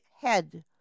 head